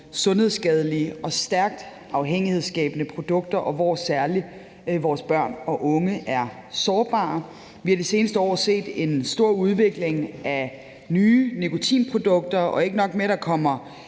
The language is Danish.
sundhedsskadelige og stærkt afhængighedsskabende produkter, og særlig vores børn og unge er sårbare. Vi har i de seneste år set en stor udvikling af nye nikotinprodukter. Og ikke nok med, at der